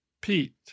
Pete